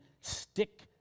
stick